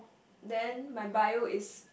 then my bio is